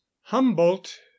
humboldt